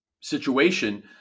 situation